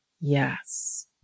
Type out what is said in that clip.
Yes